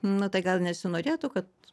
na tai gal nesinorėtų kad